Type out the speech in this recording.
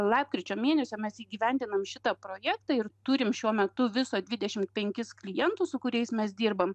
lapkričio mėnesio mes įgyvendiname šitą projektą ir turime šiuo metu viso dvidešimt penkis klientus su kuriais mes dirbam